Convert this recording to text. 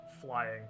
flying